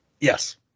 Yes